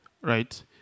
right